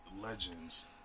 Legends